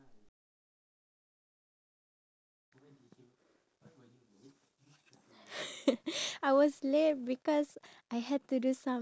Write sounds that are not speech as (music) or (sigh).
do you think honey is like a very beneficial thing for us human beings because usually (breath) when I'm sick or not feeling well my parents will always ask me